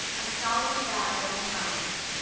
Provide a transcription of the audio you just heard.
a solemn vow and promise